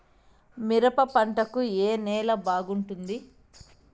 మిరప పంట కు ఏ నేల బాగుంటుంది?